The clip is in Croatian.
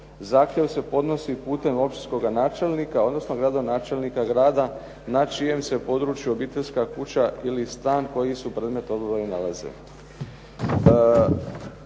Zahtjev se podnosi putem općinskoga načelnika, odnosno gradonačelnika grada na čijem se području obiteljska kuća ili stan kojih su predmet oboje nalaze.